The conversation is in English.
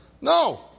No